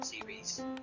series